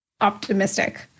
optimistic